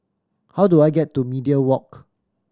how do I get to Media Walk